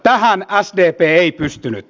tähän sdp ei pystynyt